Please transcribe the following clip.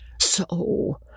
So